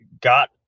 got